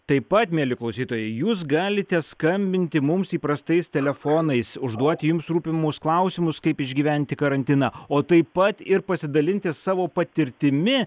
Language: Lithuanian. taip pat mieli klausytojai jūs galite skambinti mums įprastais telefonais užduoti jums rūpimus klausimus kaip išgyventi karantiną o taip pat ir pasidalinti savo patirtimi